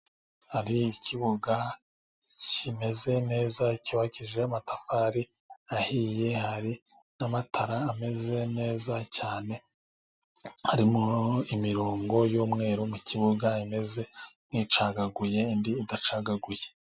Hari ikibuga kimeze neza, cyubakishije amatafari ahiye, hari n’amatara ameze neza cyane. Harimo imirongo y’umweru mu kibuga imeze nk’icagaguye, indi idacagaguye.